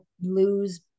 lose